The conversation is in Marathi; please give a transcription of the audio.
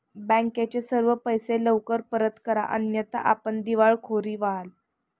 बँकेचे सर्व पैसे लवकर परत करा अन्यथा आपण दिवाळखोर व्हाल